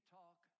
talk